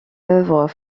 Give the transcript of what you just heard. œuvres